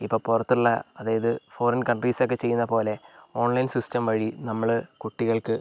ഇപ്പോൾ പുറത്തുള്ള അതായത് ഫോറിൻ കൺട്രീസൊക്കെ ചെയ്യുന്നതു പോലെ ഓൺലൈൻ സിസ്റ്റം വഴി നമ്മൾ കുട്ടികൾക്ക്